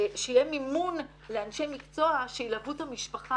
שיהיה מימון לאנשי מקצוע שילוו את המשפחה.